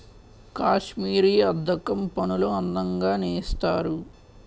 కాశ్మీరీ అద్దకం పనులు అందంగా నేస్తారు